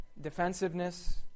defensiveness